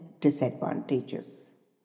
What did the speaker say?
disadvantages